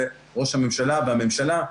זה ראש הממשלה והממשלה,